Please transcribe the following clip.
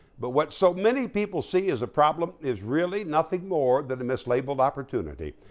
but what so many people see as a problem is really nothing more than a mislabeled opportunity,